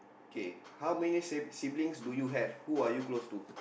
K how many sib~ siblings do you have who are you close to